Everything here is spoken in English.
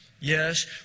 Yes